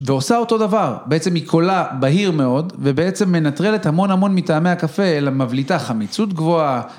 ועושה אותו דבר, בעצם היא קולה בהיר מאוד ובעצם מנטרלת המון המון מטעמי הקפה אלא מבליטה חמיצות גבוהה.